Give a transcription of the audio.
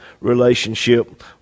relationship